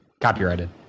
copyrighted